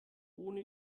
ohne